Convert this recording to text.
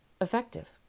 effective